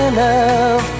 love